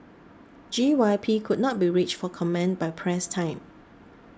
G Y P could not be reached for comment by press time